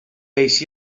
així